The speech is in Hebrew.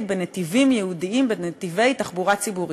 בנתיבים ייעודיים ובנתיבי תחבורה ציבורית.